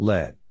Let